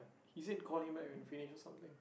he say call him back when finish or something